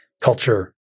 culture